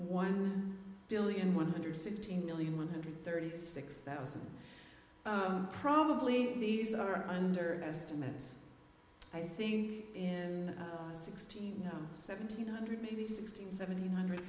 one billion one hundred fifteen million one hundred thirty six thousand probably these are under estimates i think in sixteen or seventeen hundred maybe sixteen seventeen hundred